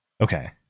Okay